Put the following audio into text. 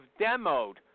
demoed